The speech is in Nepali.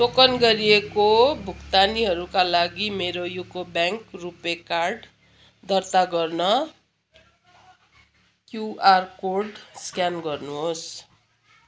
टोकन गरिएको भुक्तानीहरूका लागि मेरो युको ब्याङ्क रुपे कार्ड दर्ता गर्न क्युआर कोड स्क्यान गर्नुहोस्